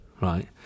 Right